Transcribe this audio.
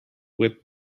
with